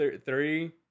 three